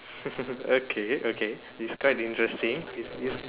okay okay it's quite interesting it is